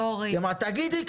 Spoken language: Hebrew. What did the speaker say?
שנית, את לא צריכה.